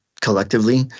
collectively